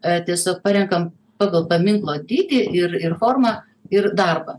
tiesiog parenkam pagal paminklo dydį ir ir formą ir darbą